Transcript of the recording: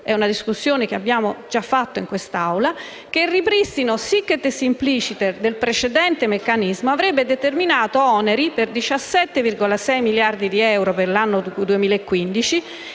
- discussione che abbiamo già svolto in quest'Aula - che il ripristino, *sic et simpliciter*, del precedente meccanismo avrebbe determinato oneri per 17,6 miliardi di euro per l'anno 2015